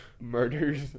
murders